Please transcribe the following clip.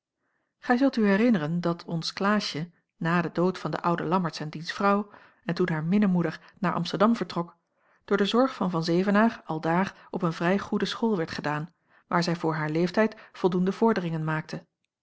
gij zult u herinneren dat ons klaasje na den dood van den ouden lammertsz en diens vrouw en toen haar minnemoeder naar amsterdam vertrok door de zorg van van zevenaer aldaar op een vrij goede school werd gedaan waar zij voor haar leeftijd voldoende vorderingen maakte